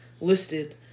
listed